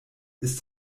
ist